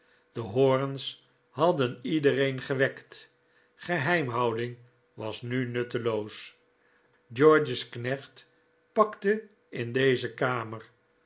de hoorns hadden iedereen gewekt geheimhouding was nu nutteloos george's knecht pakte in deze kamer